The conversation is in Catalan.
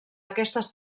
aquestes